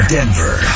Denver